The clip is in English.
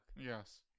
yes